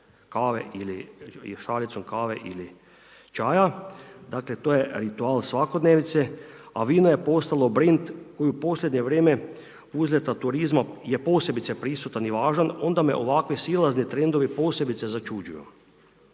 šalicom kave ili čaja, dakle, to je ritual svakodnevnice, a vino je postalo brend koje u posljednje vrijeme uzlijeta turizma je posebice prisutan i važan, onda me ovakve silazni trendovi posebice začuđuju.